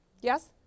Yes